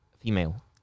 female